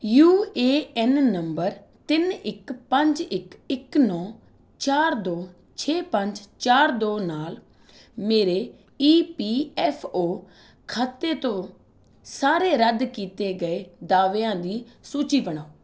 you A N ਨੰਬਰ ਤਿੰਨ ਇੱਕ ਪੰਜ ਇੱਕ ਇੱਕ ਨੌਂ ਚਾਰ ਦੋ ਛੇ ਪੰਜ ਚਾਰ ਦੋ ਨਾਲ ਮੇਰੇ ਈ ਪੀ ਐਫ ਓ ਖਾਤੇ ਤੋਂ ਸਾਰੇ ਰੱਦ ਕੀਤੇ ਗਏ ਦਾਅਵਿਆਂ ਦੀ ਸੂਚੀ ਬਣਾਓ